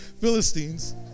Philistines